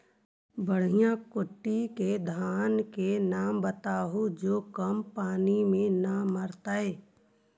बढ़िया कोटि के धान के नाम बताहु जो कम पानी में न मरतइ?